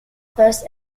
first